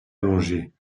allongés